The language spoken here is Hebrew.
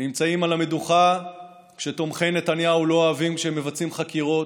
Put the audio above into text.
נמצאים על המדוכה כשתומכי נתניהו לא אוהבים שהם מבצעים חקירות,